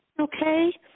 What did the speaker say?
okay